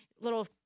little